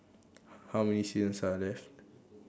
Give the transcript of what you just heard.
how many seasons are left